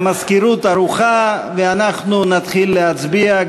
המזכירות ערוכה, ואנחנו נתחיל להצביע.